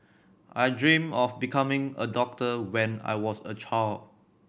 I dreamt of becoming a doctor when I was a child